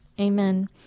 amen